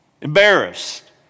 embarrassed